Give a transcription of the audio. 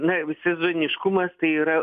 na jau sezoniškumas tai yra